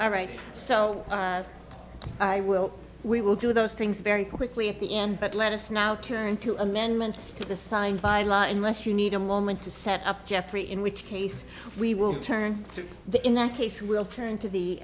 all right so we will do those things very quickly at the end but let us now turn to amendments to the signed by law unless you need a moment to set up jeffrey in which case we will turn to the in that case we'll turn to the